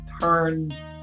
turns